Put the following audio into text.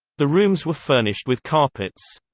the rooms were furnished with carpets.